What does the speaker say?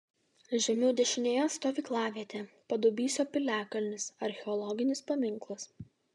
žemiau dešinėje stovyklavietė padubysio piliakalnis archeologinis paminklas